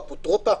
אפוטרופא?